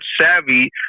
savvy